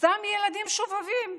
סתם ילדים שובבים.